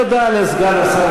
תודה לסגן השר,